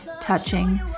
touching